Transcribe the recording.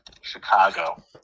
Chicago